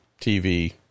TV